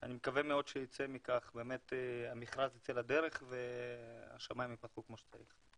אני מקווה מאוד שהמכרז ייצא לדרך והשמיים יפתחו כמו שצריך.